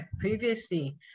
previously